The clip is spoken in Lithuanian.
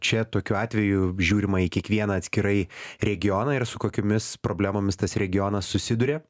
čia tokiu atveju žiūrima į kiekvieną atskirai regioną ir su kokiomis problemomis tas regionas susiduria